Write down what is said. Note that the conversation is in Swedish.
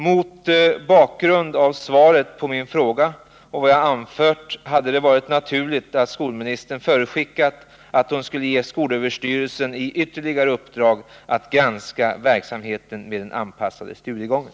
Mot bakgrund av svaret på min fråga och vad jag nu har anfört vore det naturligt att skolministern förutskickade att hon skulle ge skolöverstyrelsen ytterligare uppdrag att granska verksamheten med den anpassade studiegången.